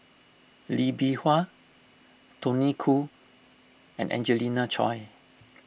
Lee Bee Wah Tony Khoo and Angelina Choy